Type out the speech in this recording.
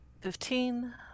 Fifteen